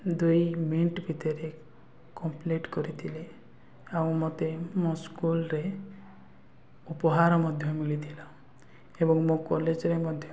ଦୁଇ ମିନିଟ୍ ଭିତରେ କମ୍ପ୍ଲିଟ୍ କରିଦିଏ ଆଉ ମୋତେ ମୋ ସ୍କୁଲରେ ଉପହାର ମଧ୍ୟ ମିଳିଥିଲା ଏବଂ ମୋ କଲେଜରେ ମଧ୍ୟ